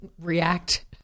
react